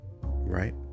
right